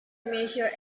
measure